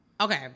okay